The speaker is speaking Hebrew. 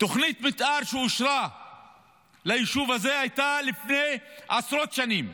תוכנית המתאר שאושרה ליישוב הזה הייתה לפני עשרות שנים,